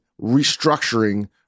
restructuring